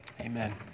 amen